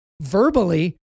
verbally